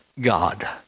God